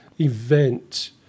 event